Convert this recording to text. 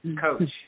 Coach